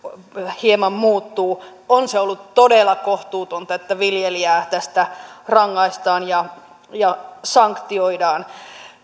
hieman muuttuu on se ollut todella kohtuutonta että viljelijää tästä rangaistaan ja ja sanktioidaan